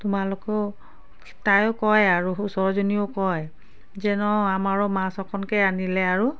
তোমালোকো তাইয়ো কয় আৰু ওচৰজনীও কয় যে নহয় আমাৰো মাছ অকণকে আনিলে আৰু